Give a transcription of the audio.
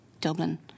Dublin